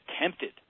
attempted